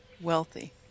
wealthy